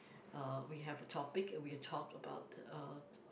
uh we have a topic and we talk about uh